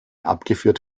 abgeführt